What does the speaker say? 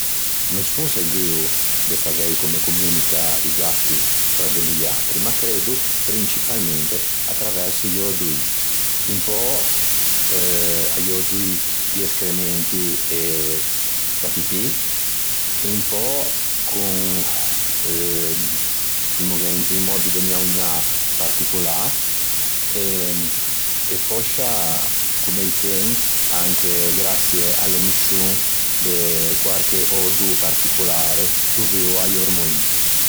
No son seguo de savei comme communica i gatti fra de loiatri ma creddo principalmente à traverso i ödoî. Un pö eh a-i ödoî di escrementi e da pipì, un pö dimmoghe eh in mòddo de gnaugnâ particolâ e fòscia comme i chen anche graçie à l'emiscion de quarche ödô particolare, dovuo a-i ormoin.